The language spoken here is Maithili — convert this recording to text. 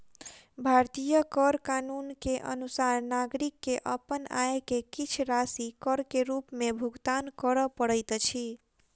भारतीय कर कानून के अनुसार नागरिक के अपन आय के किछ राशि कर के रूप में भुगतान करअ पड़ैत अछि